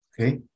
Okay